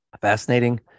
Fascinating